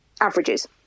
averages